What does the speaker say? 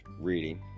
reading